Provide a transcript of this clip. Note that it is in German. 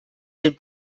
den